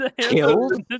Killed